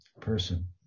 person